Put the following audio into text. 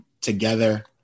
together